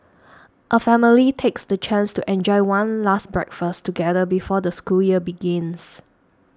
a family takes the chance to enjoy one last breakfast together before the school year begins